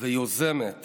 ויוזמת